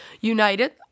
united